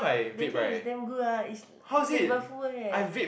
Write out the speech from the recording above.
vaping is damn good ah it's flavourful eh